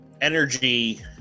energy